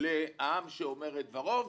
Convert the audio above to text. לעם שאומר את דברו,